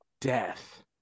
death